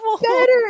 better